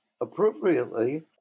appropriately